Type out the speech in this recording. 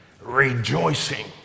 Rejoicing